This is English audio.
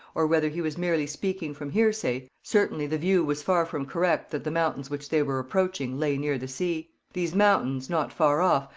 or whether he was merely speaking from hearsay, certainly the view was far from correct that the mountains which they were approaching lay near the sea. these mountains, not far off,